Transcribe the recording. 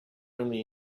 only